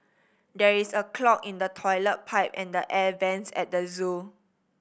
there is a clog in the toilet pipe and the air vents at the zoo